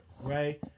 right